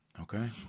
okay